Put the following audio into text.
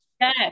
Yes